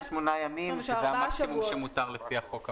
ימים, שזה המקסימום שמותר לפי החוק המסמיך.